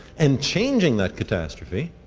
and changing that catastrophe,